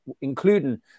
including